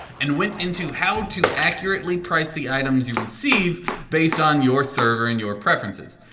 and went into how to accurately price the items you recieve based on your server and your preferences.